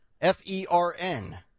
F-E-R-N